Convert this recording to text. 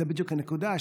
זו בדיוק הנקודה.